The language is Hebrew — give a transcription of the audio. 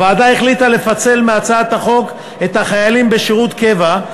הוועדה החליטה לפצל מהצעת החוק את החיילים בשירות קבע,